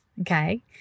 okay